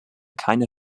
keine